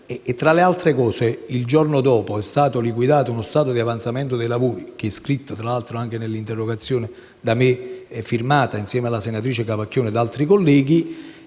Tra le altre cose, il giorno dopo è stato liquidato uno stato di avanzamento dei lavori (come scritto anche nell'interrogazione presentata da me insieme alla senatrice Capacchione e altri colleghi),